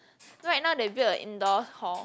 right now they build a indoor hall